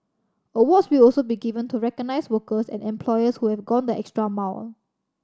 awards will also be given to recognise workers and employers who have gone the extra mile